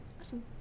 Awesome